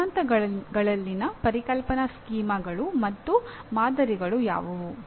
ಸಿದ್ಧಾಂತಗಳಲ್ಲಿನ ಪರಿಕಲ್ಪನಾ ಸ್ಕೀಮಾಗಳು ಮತ್ತು ಮಾದರಿಗಳು ಯಾವುವು